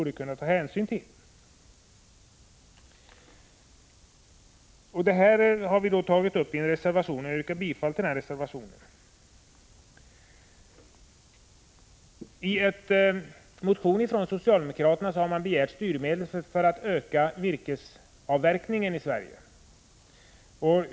Dessa synpunkter har tagits upp i reservation 22, som jag härmed yrkar bifall till. I en socialdemokratisk motion har man begärt styrmedel för att öka virkesavverkningen i Sverige.